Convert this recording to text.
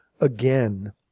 again